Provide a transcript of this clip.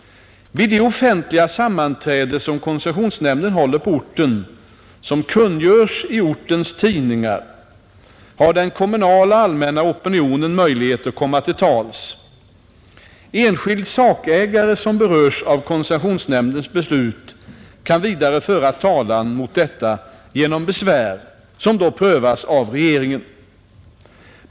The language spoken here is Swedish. Vid det offentliga sammanträde som koncessionsnämnden håller på orten, och som kungörs i ortens tidningar, har den kommunala och allmänna opinionen möjlighet att komma till tals. Enskild sakägare som berörs av koncessionsnämndens beslut kan vidare föra talan mot detta genom besvär, som då prövas av regeringen.